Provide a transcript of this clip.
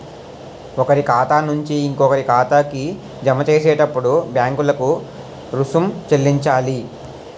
ఒకరి ఖాతా నుంచి ఇంకొకరి ఖాతాకి జమ చేసేటప్పుడు బ్యాంకులకు రుసుం చెల్లించాలి